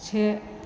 से